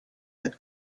that